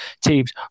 teams